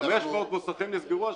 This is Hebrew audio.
500 מוסכים נסגרו השנה.